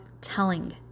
telling